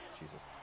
jesus